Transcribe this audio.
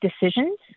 decisions